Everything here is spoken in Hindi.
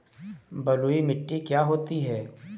बलुइ मिट्टी क्या होती हैं?